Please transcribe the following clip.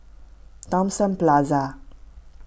Thomson Plaza